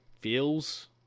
feels